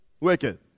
wicked